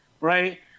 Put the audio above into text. right